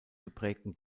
geprägten